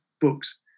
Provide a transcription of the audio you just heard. books